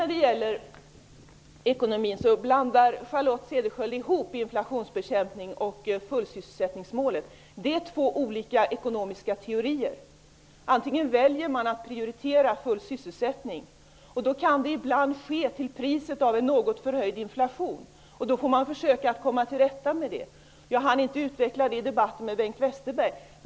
När det gäller ekonomin blandar Charlotte Cederschiöld ihop inflationsbekämpning och målet om full sysselsättning. Det är två olika ekonomiska teorier. Man kan välja att prioritera full sysselsättning. Det kan ibland ske till priset av en något förhöjd inflation, och då får man försöka att komma till rätta med det. Jag hann inte utveckla detta i debatten med Bengt Westerberg.